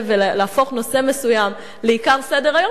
ולהפוך נושא מסוים לעיקר סדר-היום,